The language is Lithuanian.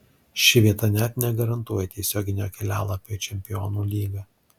ši vieta net negarantuoja tiesioginio kelialapio į čempionų lygą